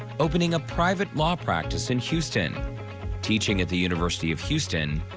opening a private law practice in houston teaching at the university of houston,